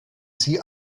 sie